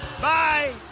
Bye